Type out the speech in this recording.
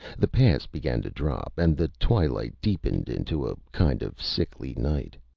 the pass began to drop, and the twilight deepened into a kind of sickly night.